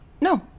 No